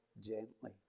gently